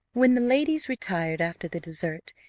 when the ladies retired after the dessert,